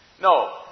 No